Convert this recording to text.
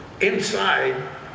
inside